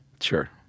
Sure